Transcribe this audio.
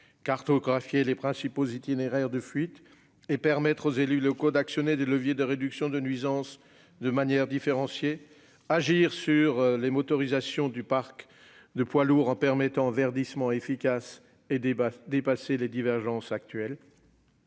cartographier les principaux « itinéraires de fuite » et permettre aux élus locaux d'actionner des leviers de réduction des nuisances de manière différenciée, agir sur les motorisations du parc de poids lourds en permettant un « verdissement » efficace et dépasser les divergences actuelles,